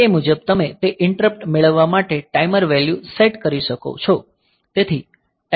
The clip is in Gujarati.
તે મુજબ તમે તે ઈંટરપ્ટ મેળવવા માટે ટાઇમર વેલ્યૂ સેટ કરી શકો છો